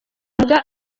mbwa